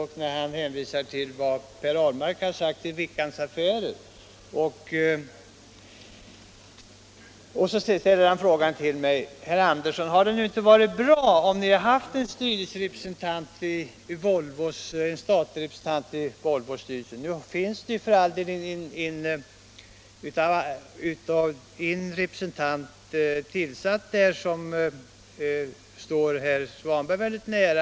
Han hänvisade till vad Per Ahlmark sagt i Veckans Affärer och ställde till mig frågan: Hade det nu inte varit bra om ni hade haft en statlig representant i Volvos styrelse? Nu finns det för all del en representant där, som står just herr Svanberg mycket nära.